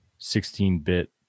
16-bit